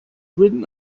written